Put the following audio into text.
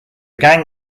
gang